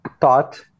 thought